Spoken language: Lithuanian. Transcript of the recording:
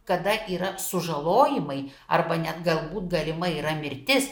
kada yra sužalojimai arba net galbūt galimai yra mirtis